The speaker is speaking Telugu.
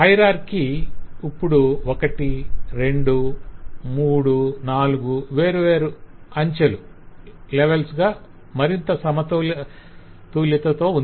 హయరార్కి ఇప్పుడు ఒకటి రెండు మూడు నాలుగు వేర్వేరు అంచెలుగా మరింత సమతూల్యతతో ఉంది